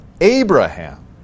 Abraham